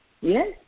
yes